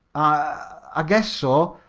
i i guess so,